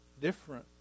different